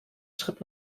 schritt